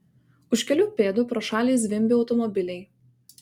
už kelių pėdų pro šalį zvimbė automobiliai